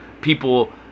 people